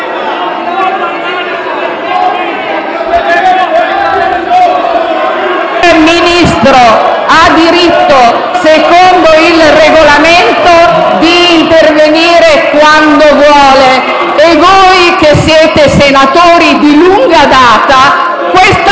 Il Ministro ha diritto, secondo il Regolamento, d'intervenire quando vuole; voi, che siete senatori di lunga data, questa